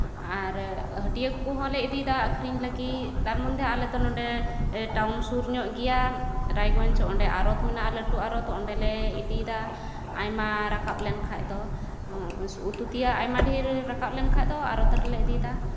ᱟᱨ ᱦᱟᱹᱴᱭᱟᱹ ᱠᱚᱦᱚᱸᱞᱮ ᱤᱫᱤᱭᱫᱟ ᱟᱹᱠᱷᱨᱤᱧ ᱞᱟᱹᱜᱤᱫ ᱛᱟᱨ ᱢᱚᱫᱽᱫᱷᱮ ᱟᱞᱮᱫᱚ ᱱᱚᱸᱰᱮ ᱴᱟᱣᱩᱱ ᱥᱩᱨ ᱧᱚᱜ ᱜᱮᱭᱟ ᱨᱟᱭᱜᱚᱸᱡᱽ ᱚᱸᱰᱮ ᱟᱲᱚᱛ ᱢᱮᱱᱟᱜᱼᱟ ᱞᱟᱹᱴᱩ ᱟᱲᱚᱛ ᱚᱸᱰᱮᱞᱮ ᱤᱫᱤᱭᱫᱟ ᱟᱭᱢᱟ ᱨᱟᱠᱟᱵ ᱞᱮᱱᱠᱷᱟᱡ ᱫᱚ ᱩᱛᱩ ᱛᱮᱭᱟᱜ ᱟᱭᱢᱟ ᱰᱷᱮᱨ ᱨᱟᱠᱟᱵ ᱞᱮᱱᱠᱷᱟᱡ ᱫᱚ ᱟᱲᱚᱛ ᱨᱮᱞᱮ ᱤᱫᱤᱭᱫᱟ